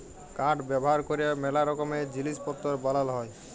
কাঠ ব্যাভার ক্যরে ম্যালা রকমের জিলিস পত্তর বালাল হ্যয়